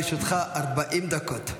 לרשותך 40 דקות.